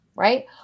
Right